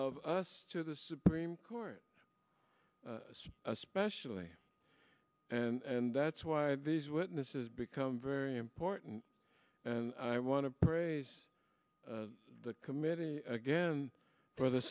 of us to the supreme court especially and that's why these witnesses become very important and i want to praise the committee again for the